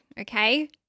Okay